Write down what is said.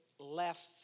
Left